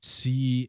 see